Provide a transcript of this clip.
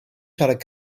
siarad